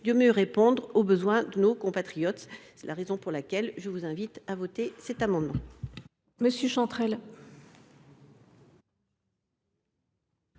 de mieux répondre aux besoins de nos compatriotes. C’est la raison pour laquelle je vous invite à voter cet amendement.